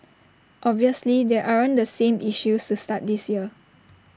obviously there aren't the same issues to start this year